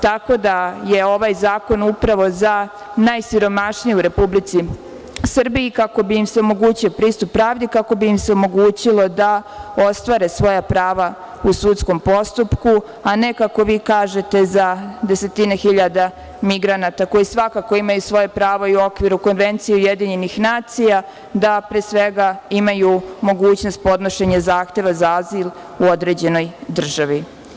Tako da je ovaj zakon upravo za najsiromašnije u Republici Srbiji, kako bi im se omogućio pristup pravdi, kako bi im se omogućilo da ostvare svoja prava u sudskom postupku, a ne kako vi kažete, za desetine hiljada migranata koji svakako imaju svoje pravo i u okviru Konvencije UN da pre svega imaju mogućnost podnošenja zahteva za azil u određenoj državi.